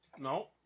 No